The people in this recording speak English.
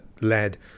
led